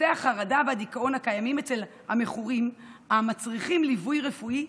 ודפוסי החרדה והדיכאון הקיימים אצל המכורים המצריכים ליווי רפואי,